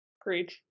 Great